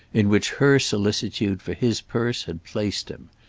in which her solicitude for his purse had placed him,